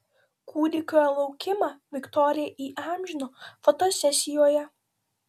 kūdikio laukimą viktorija įamžino fotosesijoje